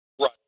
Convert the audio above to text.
Right